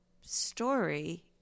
story